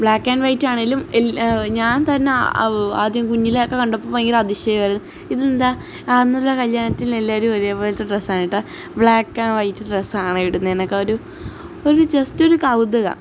ബ്ലാക്കാൻവൈറ്റാണേലും ഞാൻ തന്നെ ആദ്യം കുഞ്ഞിലേയൊക്കെ കണ്ടപ്പോള് ഭയങ്കര അതിശയമായിരുന്നു ഇതെന്താ അന്നെല്ലാം കല്യാണത്തിന് എല്ലാവരും ഒരേപോലത്തെ ഡ്രസ്സാണ് കെട്ടോ ബ്ലാക്കാൻവൈറ്റ് ഡ്രസ്സാണ് ഇടുന്നെന്നൊക്കെ ഒരു ഒരു ജസ്റ്റൊരു കൗതുകം